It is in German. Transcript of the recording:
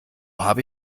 habe